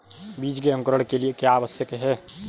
बीज के अंकुरण के लिए क्या आवश्यक है?